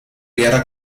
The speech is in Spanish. guerra